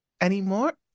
anymore